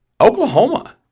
Oklahoma